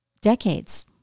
decades